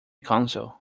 council